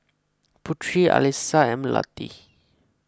Putri Alyssa and Melati